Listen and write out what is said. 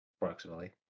Approximately